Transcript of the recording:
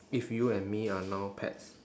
if you and me are now pets